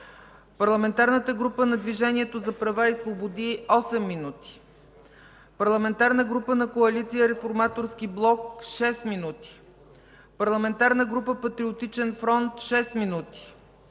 Парламентарната група на Движението за права и свободи – 8 минути, Парламентарната група на Коалиция „Реформаторски блок” – 6 минути, Парламентарната група на Патриотичния фронт – 6 минути,